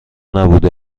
نبوده